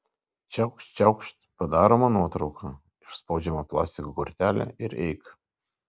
čiaukšt čiaukšt padaroma nuotrauka išspaudžiama plastiko kortelė ir eik